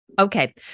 Okay